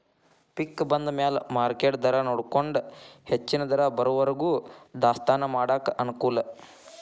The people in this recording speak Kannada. ಪಿಕ್ ಬಂದಮ್ಯಾಲ ಮಾರ್ಕೆಟ್ ದರಾನೊಡಕೊಂಡ ಹೆಚ್ಚನ ದರ ಬರುವರಿಗೂ ದಾಸ್ತಾನಾ ಮಾಡಾಕ ಅನಕೂಲ